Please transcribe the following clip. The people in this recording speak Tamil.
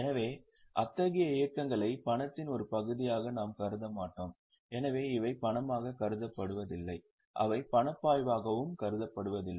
எனவே அத்தகைய இயக்கங்களை பணத்தின் ஒரு பகுதியாக நாம் கருத மாட்டோம் எனவே இவை பணமாக கருதப்படுவதில்லை அவை பணப்பாய்வாகவும் கருதப்படுவதில்லை